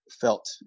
felt